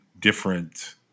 different